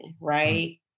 right